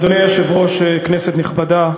אדוני היושב-ראש, כנסת נכבדה,